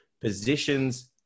Positions